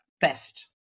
best